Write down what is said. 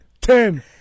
Ten